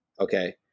Okay